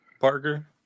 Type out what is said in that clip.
Parker